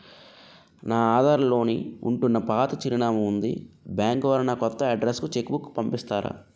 నా ఆధార్ లో నేను ఉంటున్న పాత చిరునామా వుంది బ్యాంకు వారు నా కొత్త అడ్రెస్ కు చెక్ బుక్ పంపిస్తారా?